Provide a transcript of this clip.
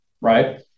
right